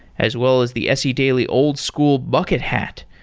as well as the se daily old school bucket hat.